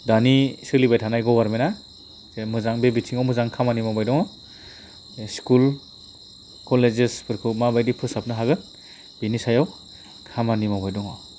दानि सोलिबाय थानाय गभार्नमेन्टआ जे मोजां बे बिथिंआव मोजां खामानि मावबाय दङ स्कुल कलेजेसफोरखौ माबायदि फोसाबनो हागोन बेनि सायाव खामानि मावबाय दङ